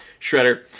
Shredder